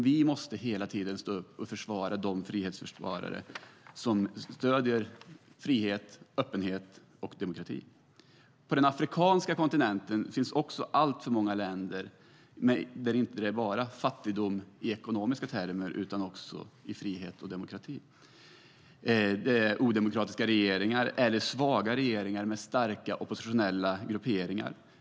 Vi måste hela tiden stå upp, försvara och stödja frihet, öppenhet och demokrati. På den afrikanska kontinenten finns också alltför många länder där det inte bara finns fattigdom i ekonomiska termer utan också i form av brist på frihet och demokrati. Det är odemokratiska regeringar eller svaga regeringar med starka oppositionella grupperingar.